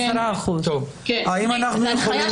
כן, בהנחיית